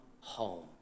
home